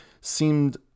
seemed